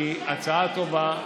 היא הצעה טובה.